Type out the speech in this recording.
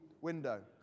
window